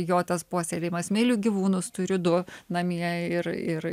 jo puoselėjimas myliu gyvūnus turiu du namie ir ir